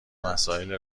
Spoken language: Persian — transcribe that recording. مسائل